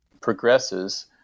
progresses